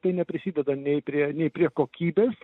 tai neprisideda nei prie nei prie kokybės